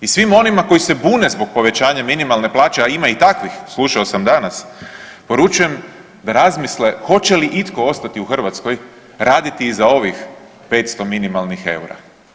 I svima onima koji se bune zbog povećanja minimalne plaće, a ima i takvih slušao sam danas, poručujem da razmisle hoće li itko ostati u Hrvatskoj raditi za ovih 500 minimalnih eura?